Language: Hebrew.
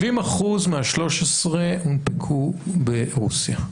70% מה-13,000 הונפקו ברוסיה.